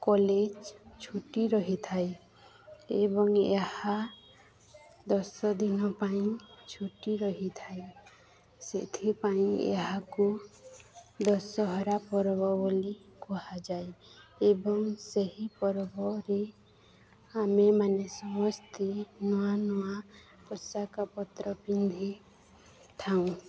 college ଛୁଟି ରହିଥାଏ ଏବଂ ଏହା ଦଶ ଦିନ ପାଇଁ ଛୁଟି ରହିଥାଏ ସେଥିପାଇଁ ଏହାକୁ ଦଶହରା ପର୍ବ ବୋଲି କୁହାଯାଏ ଏବଂ ସେହି ପର୍ବରେ ଆମେମାନେ ସମସ୍ତେ ନୂଆ ନୂଆ ପୋଷାକ ପତ୍ର ପିନ୍ଧିଥାଉ